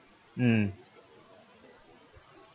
mm